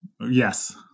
Yes